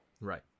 Right